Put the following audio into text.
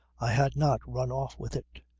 i had not run off with it.